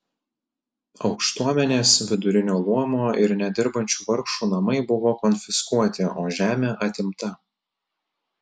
aukštuomenės vidurinio luomo ir net dirbančių vargšų namai buvo konfiskuoti o žemė atimta